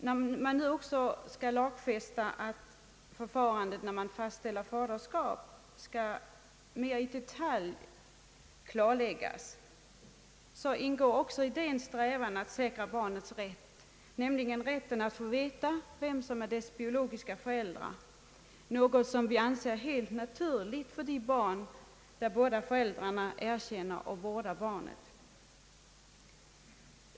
När vi nu också skall lagfästa att förfarandet vid fastställande av faderskap mera i detalj skall klarläggas ingår häri också en strävan att säkra barnets rätt att få veta vilka som är dess biologiska föräldrar, något som vi anser helt naturligt för de barn som båda föräldrarna erkänner och vårdar.